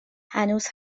هنوز